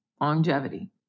longevity